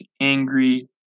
angry